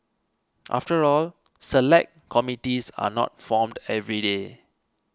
after all Select Committees are not formed every day